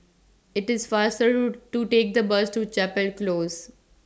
IT IS faster to Take The Bus to Chapel Close